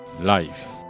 life